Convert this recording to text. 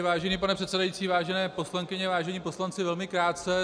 Vážený pane předsedající, vážené poslankyně, vážení poslanci, velmi krátce.